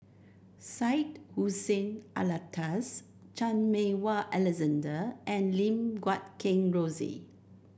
Syed Hussein Alatas Chan Meng Wah Alexander and Lim Guat Kheng Rosie